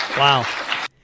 Wow